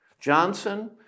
Johnson